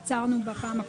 התשפ"ג-2023.